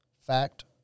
Fact